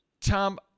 Tom